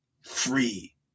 Free